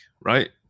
right